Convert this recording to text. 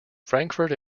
frankfurt